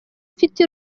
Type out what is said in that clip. mfite